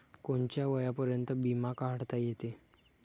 कोनच्या वयापर्यंत बिमा काढता येते?